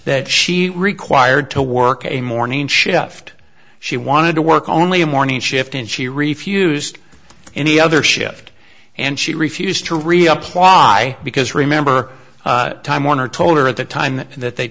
that she required to work a morning shift she wanted to work only a morning shift and she refused any other shift and she refused to reapply because remember time warner told her at the time that they